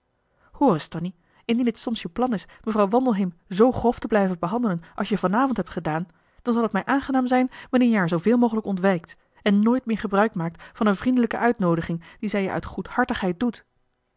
tonie indien het soms je plan is mevrouw wandelheem zoo grof te blijven behandelen als je van avond hebt gedaan dan zal t mij aangenaam zijn wanneer je haar zooveel mogelijk ontwijkt en nooit meer gebruik maakt van een vriendelijke uitnoodiging die zij je uit goedhartigheid doet